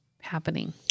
happening